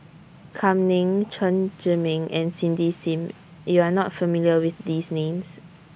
Kam Ning Chen Zhiming and Cindy SIM YOU Are not familiar with These Names